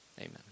Amen